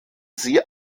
sie